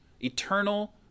eternal